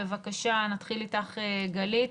בבקשה, נתחיל איתך, גלית.